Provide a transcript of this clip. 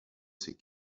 ses